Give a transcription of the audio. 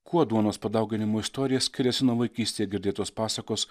kuo duonos padauginimo istorija skiriasi nuo vaikystėje girdėtos pasakos